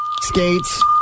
Skates